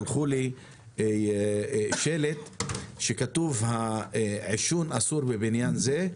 שלחו לי שלט שכתוב "העישון אסור בבניין זה",